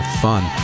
fun